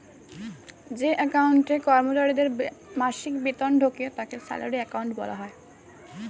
যে অ্যাকাউন্টে কর্মচারীদের মাসিক বেতন ঢোকে তাকে স্যালারি অ্যাকাউন্ট বলা হয়